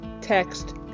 text